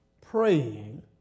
praying